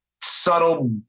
subtle